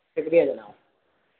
شُکریہ جناب